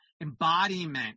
embodiment